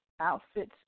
outfits